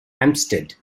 hampstead